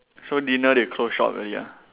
so dinner they close shop already ah